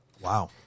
Wow